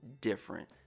different